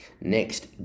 Next